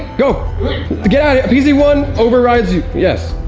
go easy one overrides you. yes.